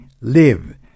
live